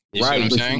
Right